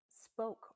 spoke